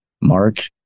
Mark